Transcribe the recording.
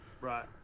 Right